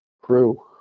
crew